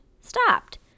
stopped